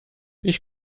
ich